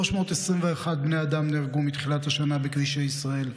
321 בני אדם נהרגו מתחילת השנה בכבישי ישראל,